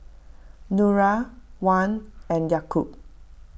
Nura Wan and Yaakob